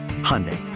Hyundai